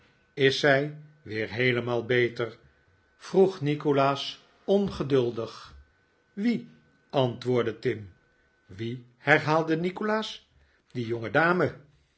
is zij weer heelemaal beter vroeg nikolaas ongeduldig wie antwoordde tim wie herhaalde nikolaas die